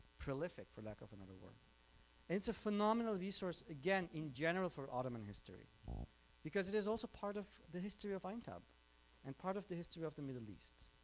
prolific for like backup another work it's a phenomenal resource again in general for ottoman history because it is also part of the history of aintab and part of the history of the middle east.